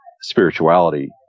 spirituality